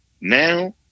now